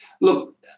Look